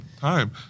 time